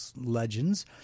Legends